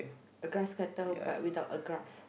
a grass cutter but without a grass